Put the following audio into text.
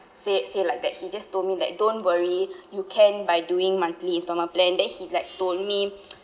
say say like that he just told me like don't worry you can by doing monthly installment plan then he like told me